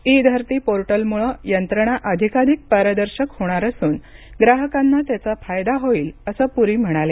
E Dharti पोर्टलमुळे यंत्रणा अधिकाधिक पारदर्शक होणार असून ग्राहकांना त्याचा फायदा होईल असं पुरी म्हणाले